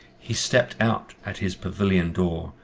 he stepped out at his pavilion door,